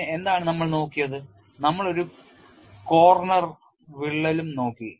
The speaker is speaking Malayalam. പിന്നെ എന്താണ് നമ്മൾ നോക്കിയത് നമ്മൾ ഒരു കോണിൽ വിള്ളലും നോക്കി